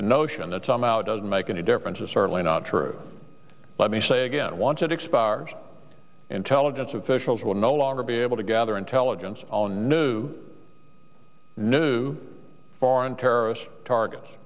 the notion that somehow doesn't make any difference is certainly not true let me say again wanted expires intelligence officials will no longer be able to gather intelligence on new new foreign terrorist targets